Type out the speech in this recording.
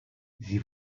sie